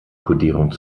kodierung